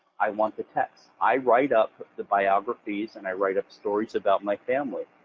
i want the text. i write up the biographies and i write up stories about my family.